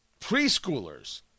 preschoolers